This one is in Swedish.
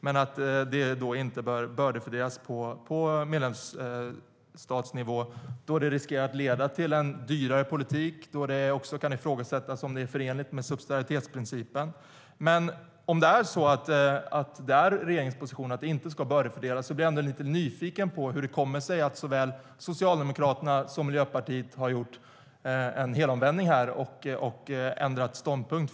Men det bör inte bördefördelas på medlemsstatsnivå då detta riskerar att leda till en dyrare politik och det också kan ifrågasättas om det är förenligt med subsidiaritetsprincipen. Om regeringens position är att det inte ska bördefördelas blir jag lite nyfiken på hur det kommer sig att såväl Socialdemokraterna som Miljöpartiet har gjort en helomvändning och ändrat ståndpunkt.